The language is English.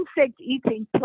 insect-eating